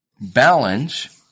balance –